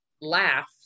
laugh